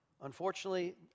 unfortunately